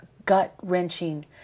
gut-wrenching